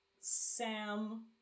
Sam